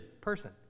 person